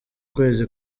kwezi